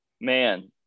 Man